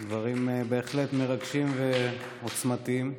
דברים בהחלט מרגשים ועוצמתיים.